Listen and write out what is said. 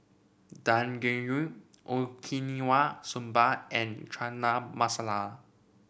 Dangojiru Okinawa Soba and Chana Masala